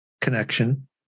connection